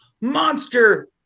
monster